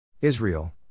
Israel